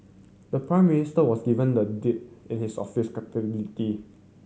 the Prime Minister was given the deed in his official capability